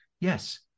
Yes